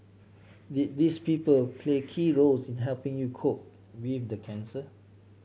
did these people play key roles in helping you cope with the cancer